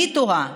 אני טוענת